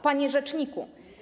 Panie Rzeczniku!